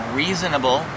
reasonable